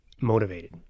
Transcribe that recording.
motivated